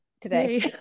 today